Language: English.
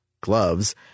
gloves